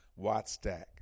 Wattstack